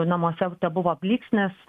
namuose tebuvo blyksnis